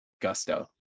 Gusto